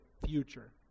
future